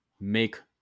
make